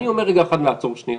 אני אומר רגע אחד נעצור שניה,